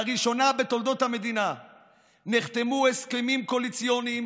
לראשונה בתולדות המדינה נחתמו הסכמים קואליציוניים